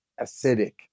acidic